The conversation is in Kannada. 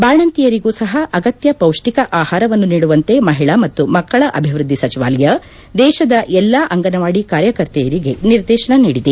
ಬಾಣಂತಿಯರಿಗೂ ಸಹ ಅಗತ್ಯ ಪೌಷ್ಠಿಕ ಆಹಾರವನ್ನು ನೀಡುವಂತೆ ಮಹಿಳಾ ಮತ್ತು ಮಕ್ಕಳ ಅಭಿವೃದ್ದಿ ಸಚಿವಾಲಯ ದೇಶದ ಎಲ್ಲಾ ಅಂಗನವಾಡಿ ಕಾರ್ಯಕರ್ತೆಯರಿಗೆ ನಿರ್ದೇಶನ ನೀಡಿದೆ